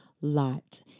lot